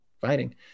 fighting